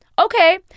okay